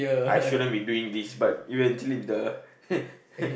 I shouldn't be doing this but you actually the